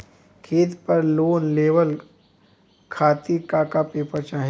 खेत पर लोन लेवल खातिर का का पेपर चाही?